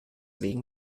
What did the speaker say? wegen